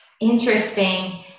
interesting